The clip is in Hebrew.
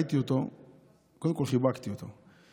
ראיתי אותו וקודם כול חיבקתי אותו.